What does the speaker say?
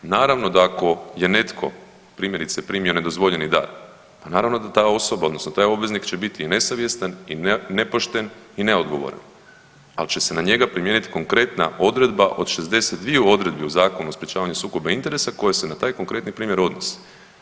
Naravno da ako je netko primjerice primio nedozvoljeni dar, pa naravno da ta osoba odnosno taj obveznik će biti nesavjestan, nepošten i neodgovoran, ali će se na njega primijeniti konkretna Odredba od 62 Odredbi u Zakonu o sprječavanju Sukoba interesa koje se na taj konkretni primjer odnose.